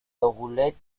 roulettes